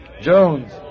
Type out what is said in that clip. Jones